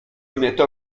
honnête